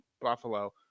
Buffalo